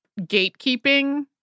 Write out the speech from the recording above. gatekeeping